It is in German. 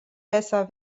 besser